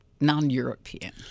non-European